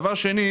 דבר נוסף,